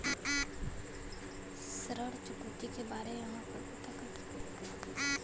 ऋण चुकौती के बारे इहाँ पर पता कर सकीला जा कि कितना राशि बाकी हैं?